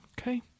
Okay